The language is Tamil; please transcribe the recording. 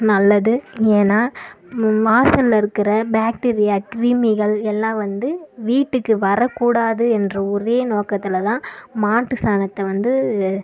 நல்லது ஏன்னா வாசலில் இருக்கிற பாக்டீரியா கிருமிகள் எல்லாம் வந்து வீட்டுக்கு வரக்கூடாது என்ற ஒரே நோக்கத்தில்தான் மாட்டுச் சாணத்தை வந்து